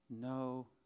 no